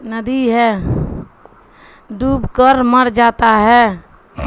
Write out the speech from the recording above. ندی ہے ڈوب کر مر جاتا ہے